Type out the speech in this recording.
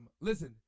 listen